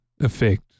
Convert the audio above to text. effect